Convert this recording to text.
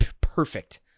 Perfect